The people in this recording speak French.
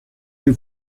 vais